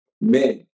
men